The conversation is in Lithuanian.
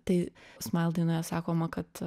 tai smile dainoje sakoma kad